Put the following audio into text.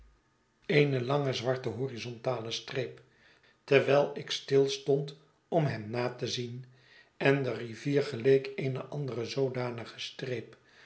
eene lange zwarte horizontale streep terwijl ik stilstond om hem na te zien en de rivier geleek eene andere zoodanige streep